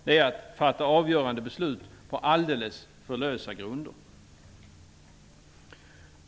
Det är att fatta avgörande beslut på alldeles för lösa grunder.